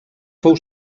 fou